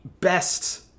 best